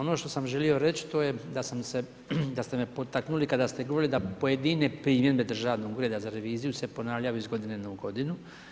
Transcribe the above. Ono što sam želio reći to je da ste me potaknuli kada ste govorili da pojedine primjedbe Državnog ureda za reviziju se ponavljaju iz godine u godinu.